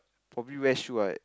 probably wear shoe ah